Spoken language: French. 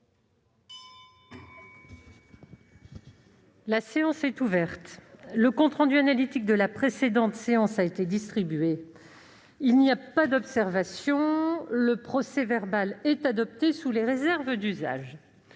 La séance est ouverte. Le compte rendu analytique de la précédente séance a été distribué. Il n'y a pas d'observation ?... Le procès-verbal est adopté sous les réserves d'usage.